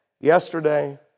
yesterday